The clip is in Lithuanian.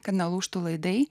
kad nelūžtų laidai